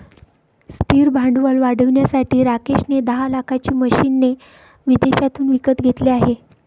स्थिर भांडवल वाढवण्यासाठी राकेश ने दहा लाखाची मशीने विदेशातून विकत घेतले आहे